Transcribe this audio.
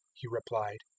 he replied,